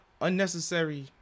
unnecessary